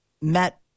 met